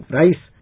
rice